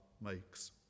makes